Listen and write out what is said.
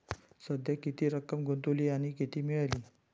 सध्या किती रक्कम गुंतवली आणि किती मिळाली